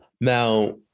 Now